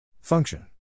Function